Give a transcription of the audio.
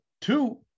two